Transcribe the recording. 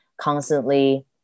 constantly